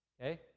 okay